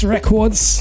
Records